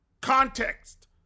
context